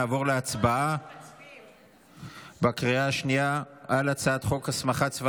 נעבור להצבעה בקריאה השנייה על הצעת חוק הסמכת צבא